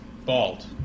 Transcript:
Bald